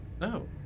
no